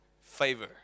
favor